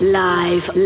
live